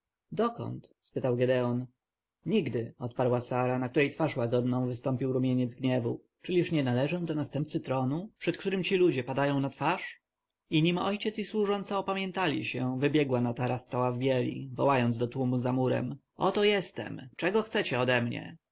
dokąd spytał gedeon nigdy odparła sara na której twarz łagodną wystąpił rumieniec gniewu czyliż nie należę do następcy tronu przed którym ci ludzie padają na twarz i nim ojciec i służąca opamiętali się wybiegła na taras cała w bieli wołając do tłumu za murem oto jestem czego chcecie ode